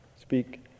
speak